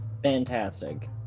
Fantastic